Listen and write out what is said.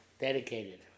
dedicated